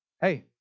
hey